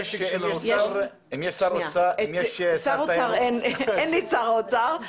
עם ראשי עיריית נצרת.